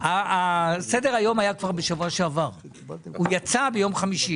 סדר היום יצא ביום חמישי